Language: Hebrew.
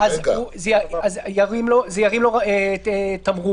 אני לא רוצה להיכנס לשינויים בחקיקה,